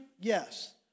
yes